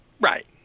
Right